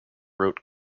wrote